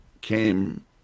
came